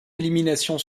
élimination